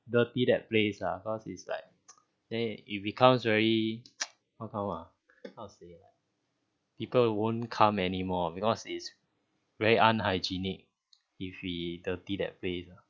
dirty that place lah cause it's like then it becomes very how come ah how to say ah people won't come anymore because it's very unhygienic if we dirty that place ah